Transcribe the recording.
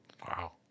Wow